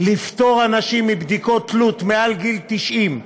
שלפטור מבדיקות תלות אנשים מעל גיל 90,